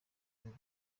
nibo